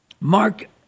Mark